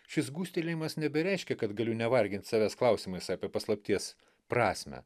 šis gūžtelėjimas nebereiškia kad galiu nevargint savęs klausimais apie paslapties prasmę